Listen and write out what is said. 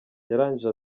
yarangije